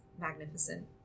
magnificent